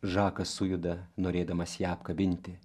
žakas sujuda norėdamas ją apkabinti